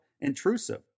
intrusive